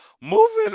moving